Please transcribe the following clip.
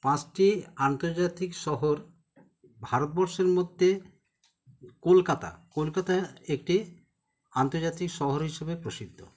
পাঁচটি আন্তর্জাতিক শহর ভারতবর্ষের মধ্যে কলকাতা কলকাতা একটি আন্তর্জাতিক শহর হিসেবে প্রসিদ্ধ